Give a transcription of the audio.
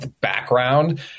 background